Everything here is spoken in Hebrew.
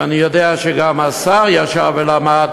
ואני יודע שגם השר ישב ולמד